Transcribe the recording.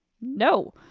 No